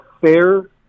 fair